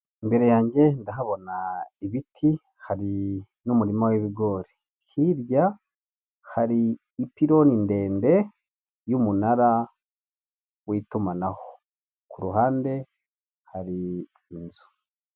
Imbere yanjye ndahabona ibiti, hari n'umurima w'ibigori, hirya hari ipironi ndende y'umunara w'itumanaho ku ruhande hari inzu.